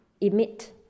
emit